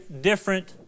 different